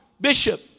Bishop